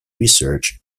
research